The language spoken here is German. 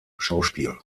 schauspiel